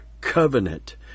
covenant